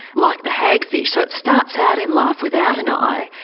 like the hagfish. so it starts out in life without an eye,